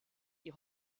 die